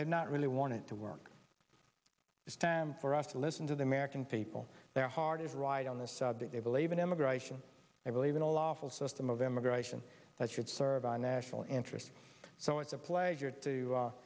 have not really wanted to work this time for us to listen to the american people their heart is right on the subject they believe in immigration they believe in a lawful system of immigration that should serve our national interests so it's a pleasure to